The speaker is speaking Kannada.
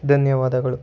ಧನ್ಯವಾದಗಳು